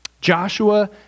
Joshua